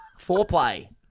foreplay